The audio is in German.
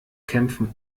kämpfen